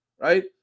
right